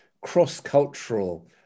cross-cultural